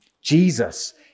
Jesus